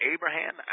Abraham